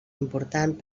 important